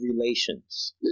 relations